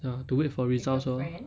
ya to wait for results lor